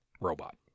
robot